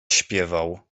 śpiewał